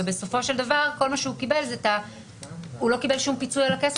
ובסופו של דבר הוא לא קיבל שום פיצוי על הכסף